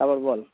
তারপর বল